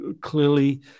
clearly